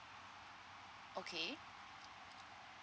okay